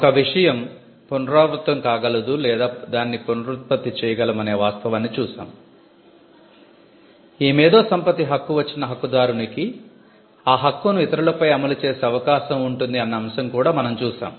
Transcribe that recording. ఒక విషయం పునరావృతం కాగలదు లేదా దాన్ని పునరుత్పత్తి చేయగలం అనే వాస్తవాన్ని చూశాము ఈ మేధో సంపత్తి హక్కు వచ్చిన హక్కుదారునికి ఆ హక్కును ఇతరులపై అమలు చేసే అవకాశం ఉంటుంది అన్న అంశం కూడా మనం చూసాం